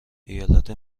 ایالت